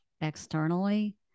externally